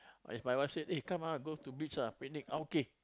if my wife say eh come ah we go to beach lah picnic ah okay